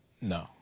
No